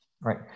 Right